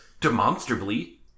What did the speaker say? demonstrably